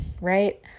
right